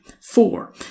Four